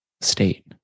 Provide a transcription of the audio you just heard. state